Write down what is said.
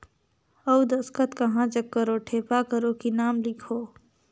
अउ दस्खत कहा जग करो ठेपा करो कि नाम लिखो?